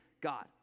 God